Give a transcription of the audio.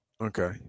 Okay